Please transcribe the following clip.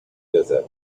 desert